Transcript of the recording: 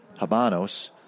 Habanos